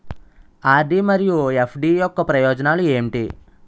RD మరియు FD యొక్క ప్రయోజనాలు ఏంటి?